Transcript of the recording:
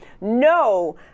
No